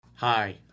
Hi